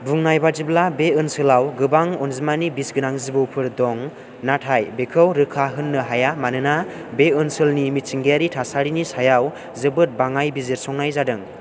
बुंनाय बादिब्ला बे ओनसोलाव गोबां अनजिमानि बिसगोनां जिबौफोर दं नाथाय बेखौ रोखा होननो हाया मानोना बे ओनसोलनि मिथिंगायारि थासारिनि सायाव जोबोद बाङाय बिजिरसंनाय जादों